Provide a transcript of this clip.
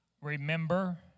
remember